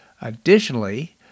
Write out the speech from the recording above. Additionally